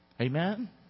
Amen